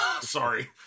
Sorry